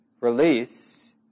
release